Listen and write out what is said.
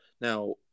now